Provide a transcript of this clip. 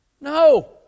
No